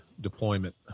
deployment